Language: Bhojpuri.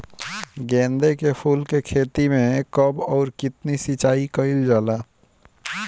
गेदे के फूल के खेती मे कब अउर कितनी सिचाई कइल जाला?